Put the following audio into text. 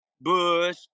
Bush